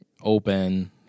open